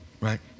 right